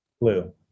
Blue